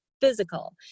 physical